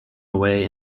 away